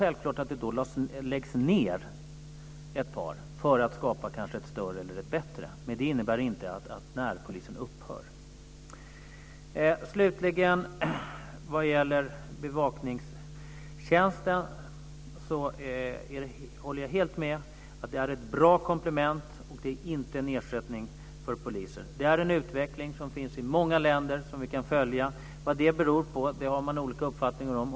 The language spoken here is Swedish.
Självfallet läggs det då ned ett par distrikt för att kanske skapa ett större eller ett bättre. Men det innebär inte att närpolisverksamheten upphör. Slutligen vill jag ta upp bevakningstjänsten. Jag håller helt med om att den är ett bra komplement till och inte en ersättning för poliser. Det är en utveckling som vi kan följa i många länder. Vad det beror på har man olika uppfattningar om.